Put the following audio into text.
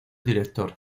director